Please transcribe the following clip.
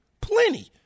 Plenty